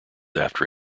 after